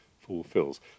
fulfills